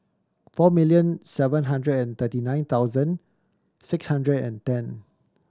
four million seven hundred and thirty nine thousand six hundred and ten